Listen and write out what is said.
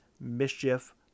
Mischief